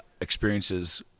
experiences